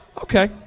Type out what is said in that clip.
Okay